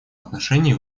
отношении